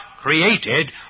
created